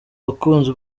bakunzi